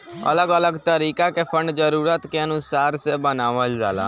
अलग अलग तरीका के फंड जरूरत के अनुसार से बनावल जाला